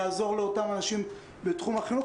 יעזור לאותם אנשים בתחום החינוך,